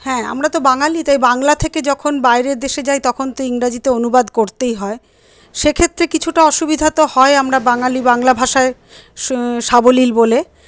হ্যাঁ আমরা তো বাঙালি তাই বাংলা থেকে যখন বাইরের দেশে যাই তখন তো ইংরাজিতে অনুবাদ করতেই হয় সেক্ষেত্রে কিছুটা অসুবিধা তো হয় আমরা বাঙালি বাংলা ভাষায় সাবলীল বলে